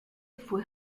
fue